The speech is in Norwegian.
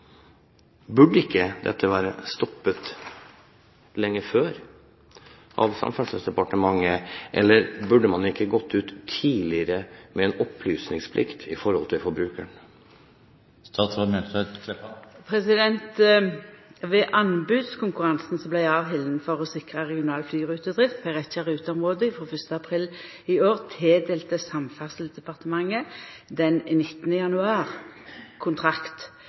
Burde ikke dette vært stoppet lenge før av Samferdselsdepartementet, eller burde man ikke gått ut tidligere med opplysninger til forbrukeren? Ved anbodskonkurransen som vart halden for å sikra regional flyrutedrift på ei rekkje ruteområde frå 1. april i år, tildelte Samferdselsdepartementet den 19. januar kontrakt